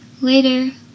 later